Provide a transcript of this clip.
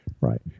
Right